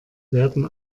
werden